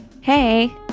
Hey